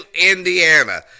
Indiana